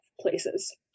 places